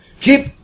Keep